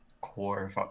core